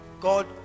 God